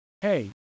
hey